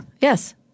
Yes